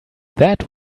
that